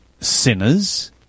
sinners